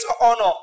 honor